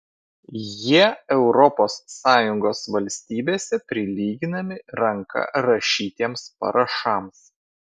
jie europos sąjungos valstybėse prilyginami ranka rašytiems parašams